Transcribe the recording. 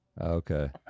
Okay